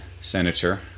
Senator